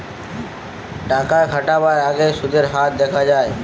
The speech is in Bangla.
টাকা খাটাবার আগেই সুদের হার দেখা যায়